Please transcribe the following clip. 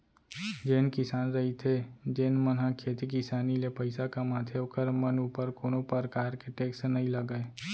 जेन किसान रहिथे जेन मन ह खेती किसानी ले पइसा कमाथे ओखर मन ऊपर कोनो परकार के टेक्स नई लगय